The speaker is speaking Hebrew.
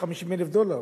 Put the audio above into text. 150,000 דולר